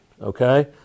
okay